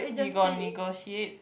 you got negotiate